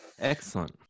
Excellent